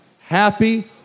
happy